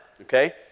Okay